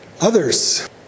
others